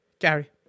Gary